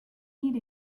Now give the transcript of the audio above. need